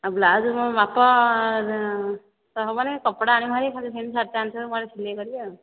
ଆଉ ବ୍ଲାଉଜ କ'ଣ ମାପ ତ ହେବନାହିଁ କପଡ଼ା ଆଣିବୁ ହେରି ଖାଲି ସେମିତି ଶାଢ଼ୀଟା ଆଣିଥିବୁ ସିଲାଇ କରିବି ଆଉ